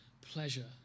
pleasure